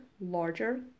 larger